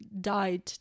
died